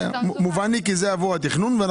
מובן לי, כי זה עבור התכנון.